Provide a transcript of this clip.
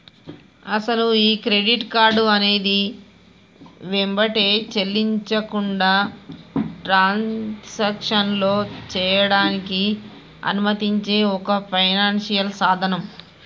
అసలు ఈ credit card అనేది వెంబటే చెల్లించకుండా ట్రాన్సాక్షన్లో చేయడానికి అనుమతించే ఒక ఫైనాన్షియల్ సాధనం